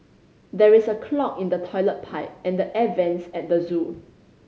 there is a clog in the toilet pipe and the air vents at the zoo